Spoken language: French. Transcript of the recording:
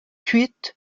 huit